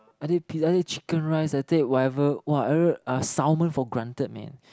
I take pizza I take chicken rice I take whatever !wah! every salmon for granted man